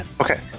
Okay